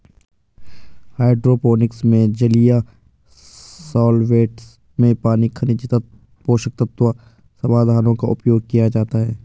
hydroponics में जलीय solvents में पानी खनिज पोषक तत्व समाधानों का उपयोग किया जाता है